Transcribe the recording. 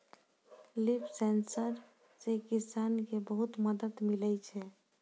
लिफ sensor से किसान के बहुत मदद मिलै छै